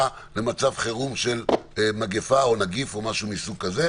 למצב חירום של מגפה או נגיף או משהו מסוג כזה,